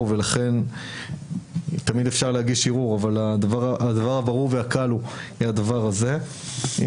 ולכן תמיד אפשר להגיש ערעור אבל הדבר הברור והקל זה הדבר הזה.